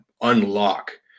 unlock